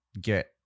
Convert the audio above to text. get